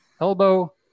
elbow